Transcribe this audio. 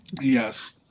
Yes